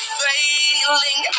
failing